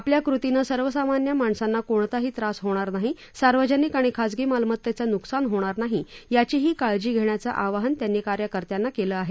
आपल्या कृतीनं सर्वसामान्य माणसांना कोणताही त्रास होणार नाही सार्वजनिक आणि खाजगी मालमत्तेचं नुकसान होणार नाही याचीची काळजी घेण्याचं आवाहनही त्यांनी कार्यकर्त्यांना केलं आहे